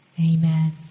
Amen